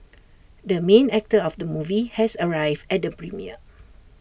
the main actor of the movie has arrived at the premiere